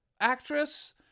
actress